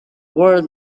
world